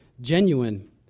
genuine